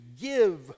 give